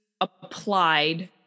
applied